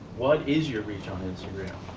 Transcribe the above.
what is your reach on instagram?